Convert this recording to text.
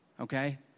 okay